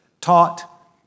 taught